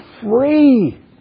free